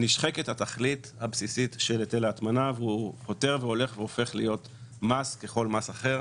נשחקת התכלית הבסיסית של היטל ההטמנה והוא הופך להיות מס ככל מס אחר,